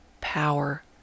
power